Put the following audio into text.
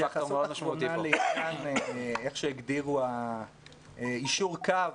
-- התייחסות אחרונה לעניין ההגדרה של "יישור קו",